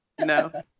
No